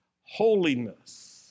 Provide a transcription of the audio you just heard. holiness